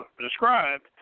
described